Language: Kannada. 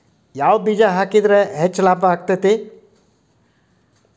ಯಾವ ಬೇಜ ಹಾಕಿದ್ರ ಹೆಚ್ಚ ಲಾಭ ಆಗುತ್ತದೆ?